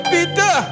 Peter